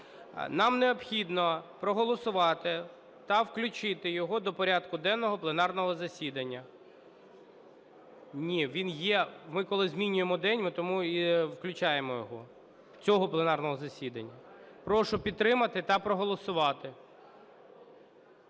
Нам необхідно проголосувати та включити його до порядку денного пленарного засідання. Ні, він є. Ми, коли змінюємо день, ми тому і включаємо його цього пленарного засідання. Прошу підтримати та проголосувати.